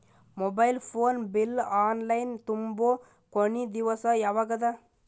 Mobile phone bill online ತುಂಬೊ ಕೊನಿ ದಿವಸ ಯಾವಗದ?